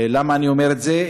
למה אני אומר את זה?